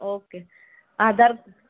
okay Aadhaar